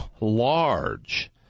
large